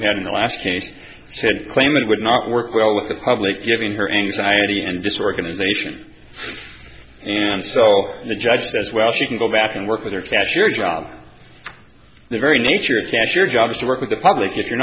doctor had in the last case said claim it would not work well with the public giving her anxiety and disorganization and so the judge says well she can go back and work with her cashier job the very nature cashier job is to work with the public if you're